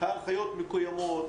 ההנחיות מקוימות,